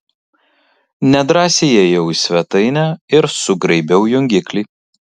nedrąsiai įėjau į svetainę ir sugraibiau jungiklį